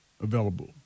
available